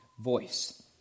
voice